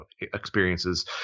experiences